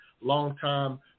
longtime